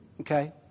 Okay